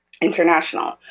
International